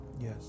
Yes